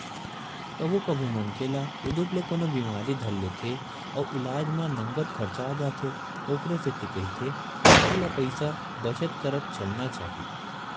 कभू कभू मनखे ल उदुप ले कोनो बिमारी धर लेथे अउ इलाज म नँगत खरचा आ जाथे ओखरे सेती कहिथे मनखे ल पइसा बचत करत चलना चाही